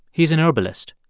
he's an herbalist.